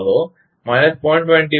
કહો માઈનસ 0